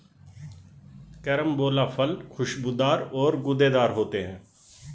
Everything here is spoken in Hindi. कैरम्बोला फल खुशबूदार और गूदेदार होते है